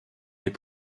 est